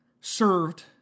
served